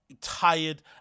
tired